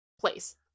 place